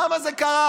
למה זה קרה?